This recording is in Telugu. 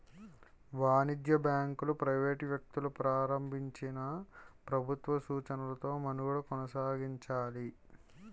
వాణిజ్య బ్యాంకులు ప్రైవేట్ వ్యక్తులు ప్రారంభించినా ప్రభుత్వ సూచనలతో మనుగడ కొనసాగించాలి